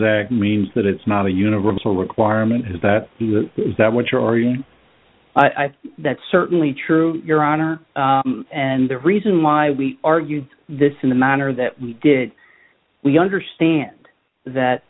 act means that it's not a universal requirement is that is that what you're arguing i think that's certainly true your honor and the reason why we argued this in the manner that we did we understand that